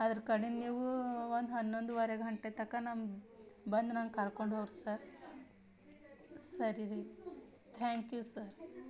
ಅದರ ಕಡೆ ನೀವು ಒಂದು ಹನ್ನೊಂದುವರೆ ಗಂಟೆ ತಕ್ಕಾ ನಮ್ಮ ಬಂದು ನನ್ನ ಕರ್ಕೊಂಡು ಹೋರಿ ಸರ್ ಸರಿ ರೀ ಥ್ಯಾಂಕ್ ಯೂ ಸರ್